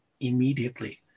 immediately